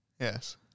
Yes